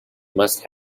must